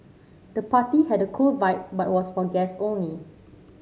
the party had a cool vibe but was for guest only